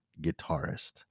guitarist